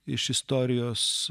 iš istorijos